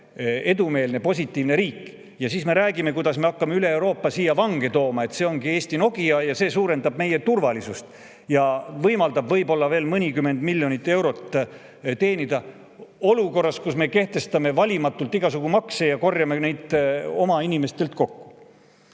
edumeelne, positiivne riik. Ja siis me räägime, kuidas me hakkame üle Euroopa siia vange tooma, et see ongi Eesti Nokia ja see suurendab meie turvalisust ja võimaldab võib-olla veel mõnikümmend miljonit eurot teenida olukorras, kus me kehtestame valimatult igasugu makse ja korjame neid oma inimestelt kokku.